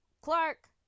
Clark